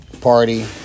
Party